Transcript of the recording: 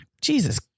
Jesus